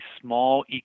small